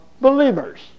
believers